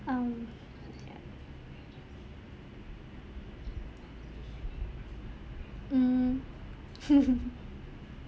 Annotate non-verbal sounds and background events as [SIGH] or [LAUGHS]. um ya mm [LAUGHS]